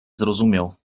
zrozumiał